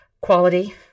quality